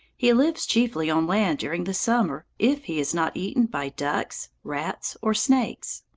he lives chiefly on land during the summer if he is not eaten by ducks, rats, or snakes.